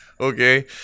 okay